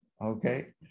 Okay